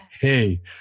hey